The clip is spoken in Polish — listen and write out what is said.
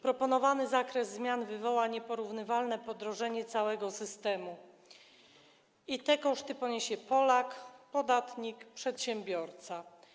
Proponowany zakres zmian wywoła nieporównywalne podrożenie funkcjonowania całego systemu i te koszty poniesie Polak, podatnik, przedsiębiorca.